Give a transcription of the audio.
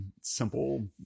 simple